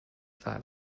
that